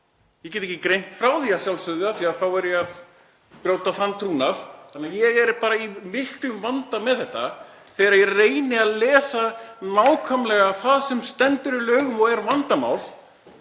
Ég get ekki greint frá því, að sjálfsögðu, af því að þá er ég að brjóta trúnað þannig að ég er bara í miklum vanda með þetta. Ég reyni að lesa nákvæmlega það sem stendur í lögum og er vandamál